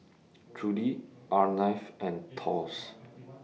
Trudie Arleth and Thos